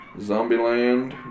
Zombieland